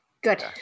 Good